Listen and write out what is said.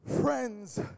friends